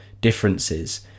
differences